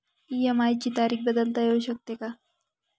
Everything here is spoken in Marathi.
इ.एम.आय ची तारीख बदलता येऊ शकते का?